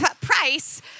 price